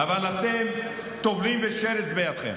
אבל אתם טובלים ושרץ בידכם.